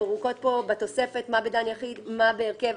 ארוכות בתוספת מה בדן יחידי ומה בהרכב.